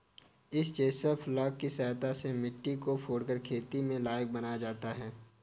इस chisel plough की सहायता से मिट्टी को कोड़कर खेती के लायक बनाया जाता है